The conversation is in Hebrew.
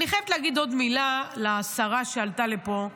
אני חייבת להגיד עוד מילה לשרה שעלתה לפה,